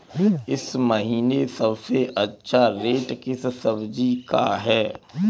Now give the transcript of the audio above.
इस महीने सबसे अच्छा रेट किस सब्जी का है?